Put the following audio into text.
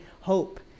hope